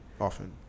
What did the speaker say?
often